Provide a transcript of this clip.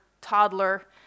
toddler